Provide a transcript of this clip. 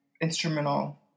instrumental